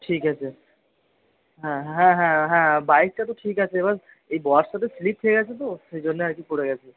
ঠিক আছে হ্যাঁ হ্যাঁ হ্যাঁ হ্যাঁ বাইকটা তো ঠিক আছে এবার এই বর্ষাতে স্লিপ খেয়ে গেছে তো সেই জন্য আর কি পড়ে গেছি